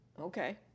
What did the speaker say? Okay